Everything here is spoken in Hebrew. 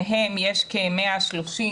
להם על ידי הרגולטור הוא יכול להיות גם חמישה